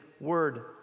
word